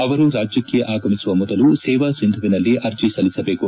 ಅವರು ರಾಜ್ದಕ್ಕೆ ಆಗಮಿಸುವ ಮೊದಲು ಸೇವಾ ಸಿಂಧೂವಿನಲ್ಲಿ ಅರ್ಜಿ ಸಲ್ಲಿಸಬೇಕು